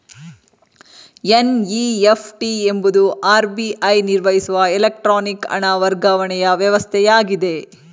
NEFT ಎಂಬುದು RBI ನಿರ್ವಹಿಸುವ electronic ಹಣ ವರ್ಗಾವಣೆಯ ವ್ಯವಸ್ಥೆಯಾಗಿದೆ